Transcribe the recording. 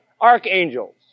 archangels